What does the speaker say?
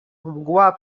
mgła